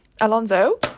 Alonso